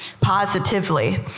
positively